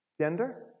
gender